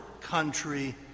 country